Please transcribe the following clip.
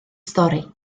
stori